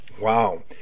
Wow